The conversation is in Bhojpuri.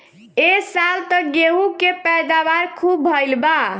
ए साल त गेंहू के पैदावार खूब भइल बा